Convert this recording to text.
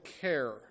care